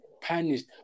punished